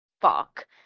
fuck